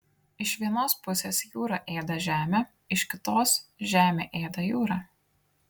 iš vienos pusės jūra ėda žemę iš kitos žemė ėda jūrą